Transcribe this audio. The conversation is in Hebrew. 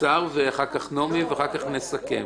ואחר כך נעמי, אחר כף נסכם.